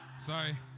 Sorry